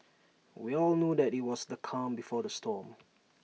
we all knew that IT was the calm before the storm